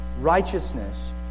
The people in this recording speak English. righteousness